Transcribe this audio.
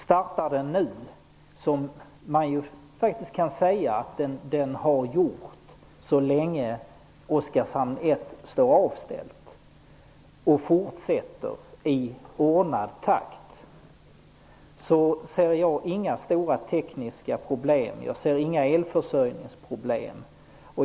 Om avvecklingsprocessen startar nu, som man faktiskt kan säga att den har gjort så länge Oskarshamn 1 står avställt, och fortsätter i ordnad takt, ser jag inga stora tekniska problem. Jag kan inte se några elförsörjningsproblem.